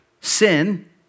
sin